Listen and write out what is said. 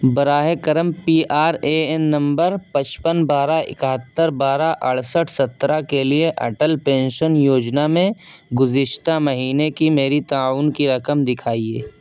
براہ کرم P R A N number پچپن بارہ اکہتر بارہ اڑسٹھ سترہ کے لیے اٹل پینشن یوجنا میں گزشتہ مہینے کی میری تعاون کی رقم دکھائیے